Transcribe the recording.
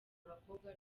abakobwa